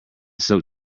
silk